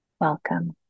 welcome